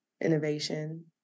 innovation